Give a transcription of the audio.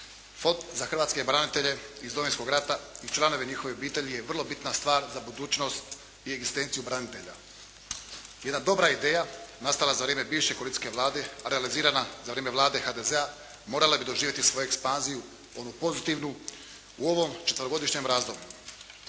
Fond za hrvatske branitelje iz Domovinskog rata i članove njihovih obitelji je vrlo bitna stvar za budućnost i egzistenciju branitelja. Jedna dobra ideja nastala za vrijeme bivše koalicijske vlade, realizirana za vrijeme vlade HDZ-a morala bi doživjeti svoju ekspanziju, onu pozitivnu, u ovom četverogodišnjem razdoblju.